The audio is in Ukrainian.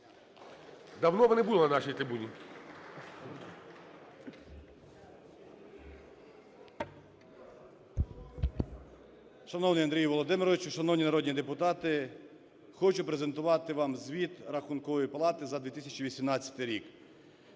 Давно ви не були на нашій трибуні.